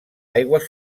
aigües